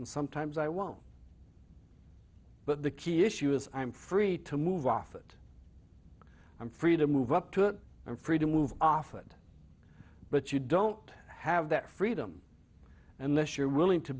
and sometimes i won't but the key issue is i'm free to move off it i'm free to move up to it i'm free to move off it but you don't have that freedom unless you're willing to